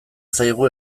zaigu